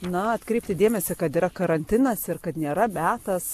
na atkreipti dėmesį kad yra karantinas ir kad nėra metas